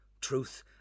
truth